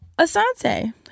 asante